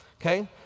okay